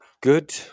Good